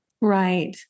Right